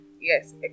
yes